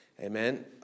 Amen